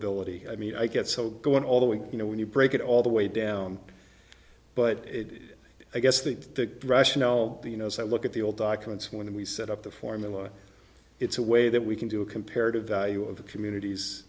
affordability i mean i get so going all the way you know when you break it all the way down but i guess the rationale you know as i look at the old documents when we set up the formula it's a way that we can do a comparative value of the communities